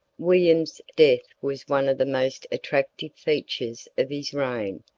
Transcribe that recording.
william's death was one of the most attractive features of his reign.